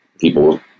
people